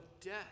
death